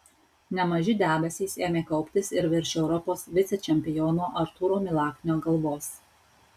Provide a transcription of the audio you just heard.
nemaži debesys ėmė kauptis ir virš europos vicečempiono artūro milaknio galvos